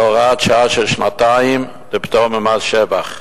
הוראת שעה לשנתיים, לפטור ממס שבח.